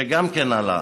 שגם הוא עלה.